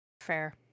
Fair